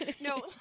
no